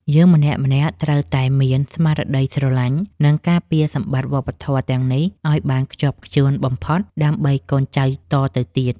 យើងម្នាក់ៗត្រូវតែមានស្មារតីស្រឡាញ់ និង ការពារសម្បត្តិវប្បធម៌ទាំងនេះឱ្យបានខ្ជាប់ខ្ជួនបំផុតដើម្បីកូនចៅតទៅទៀត។